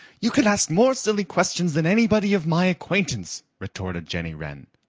you can ask more silly questions than anybody of my acquaintance, retorted jenny wren.